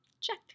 check